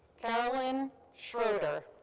carolyn schroeter.